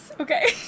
Okay